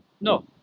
No